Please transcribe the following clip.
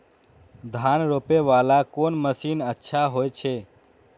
धान रोपे वाला कोन मशीन अच्छा होय छे?